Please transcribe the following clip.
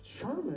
Sherman